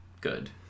good